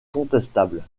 contestable